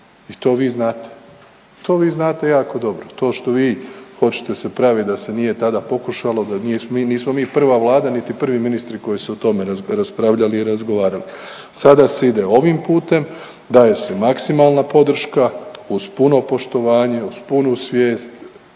i to vi znate, to vi znate jako dobro, to što vi hoćete se pravit da se nije tada pokušalo, nismo mi prva vlada niti prvi ministri koji su o tome raspravljali i razgovarali. Sada se ide ovim putem, daje se maksimalna podrška uz puno poštovanje, uz punu svijest